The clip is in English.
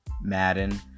madden